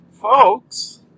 Folks